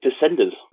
Descenders